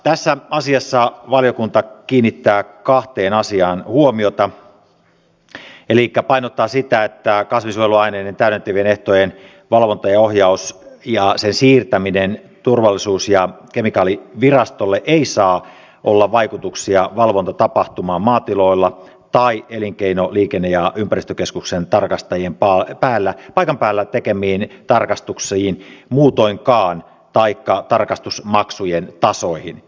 tässä asiassa valiokunta kiinnittää kahteen asiaan huomiota elikkä painottaa sitä että kasvinsuojeluaineiden täydentävien ehtojen valvonnalla ja ohjauksella ja sen siirtämisellä turvallisuus ja kemikaalivirastolle ei saa olla vaikutuksia valvontatapahtumaan maatiloilla tai elinkeino liikenne ja ympäristökeskuksen tarkastajien paikan päällä tekemiin tarkastuksiin muutoinkaan taikka tarkastusmaksujen tasoihin